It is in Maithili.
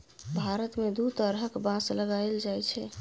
भारत मे दु तरहक बाँस लगाएल जाइ छै